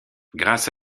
grâce